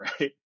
right